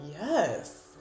Yes